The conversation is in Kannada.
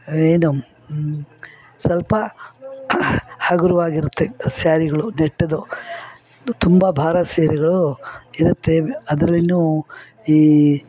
ಏನು ಸ್ವಲ್ಪ ಹಗುರವಾಗಿರುತ್ತೆ ಸ್ಯಾರಿಗಳು ನೆಟ್ದು ತುಂಬ ಭಾರ ಸೀರೆಗಳು ಇರುತ್ತೆ ಅದ್ರಲ್ಲಿಯೂ ಈ